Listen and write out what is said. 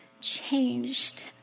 changed